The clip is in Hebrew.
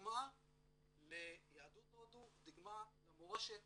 דוגמא ליהדות הודו, דוגמא למורשת